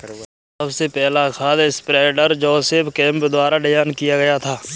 सबसे पहला खाद स्प्रेडर जोसेफ केम्प द्वारा डिजाइन किया गया था